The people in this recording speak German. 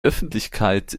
öffentlichkeit